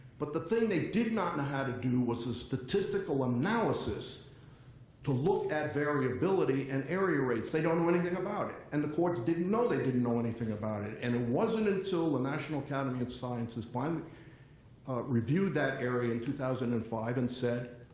but the thing they did not know how to do was the statistical analysis to look at variability in area rates. they don't know anything about it. and the courts didn't know they didn't know anything about it. and it wasn't until the national academy of sciences finally reviewed that area in two thousand and five and said,